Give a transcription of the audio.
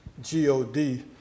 G-O-D